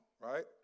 right